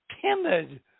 timid